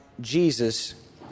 Jesus